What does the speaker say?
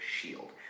Shield